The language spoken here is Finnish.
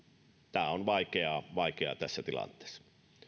tämä on vaikeaa tässä tilanteessa